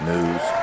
News